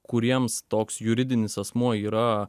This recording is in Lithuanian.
kuriems toks juridinis asmuo yra